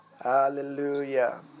Hallelujah